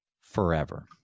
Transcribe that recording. forever